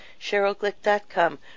CherylGlick.com